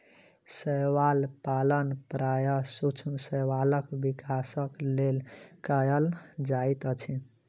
शैवाल पालन प्रायः सूक्ष्म शैवालक विकासक लेल कयल जाइत अछि